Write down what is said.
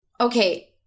Okay